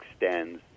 extends